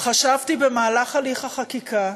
חשבתי במהלך הליך החקיקה,